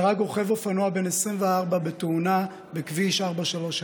נהרג רוכב אופנוע בן 24 בתאונה בכביש 431,